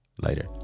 Later